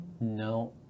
No